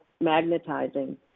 magnetizing